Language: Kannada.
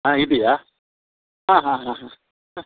ಹಾಂ ಇದೆಯಾ ಹಾಂ ಹಾಂ ಹಾಂ ಹಾಂ ಹಾಂ